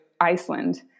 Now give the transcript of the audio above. Iceland